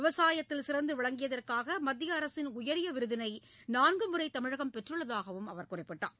விவசாயத்தில் சிறந்து விளங்கியதற்காக மத்திய அரசின் உயரிய விருதினை நான்கு முறை தமிழகம் பெற்றுள்ளதாகவும் அவர் குறிப்பிட்டார்